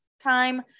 time